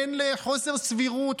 אין חוסר סבירות,